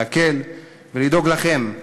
להקל ולדאוג לכם,